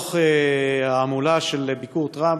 בתוך ההמולה של ביקור טראמפ,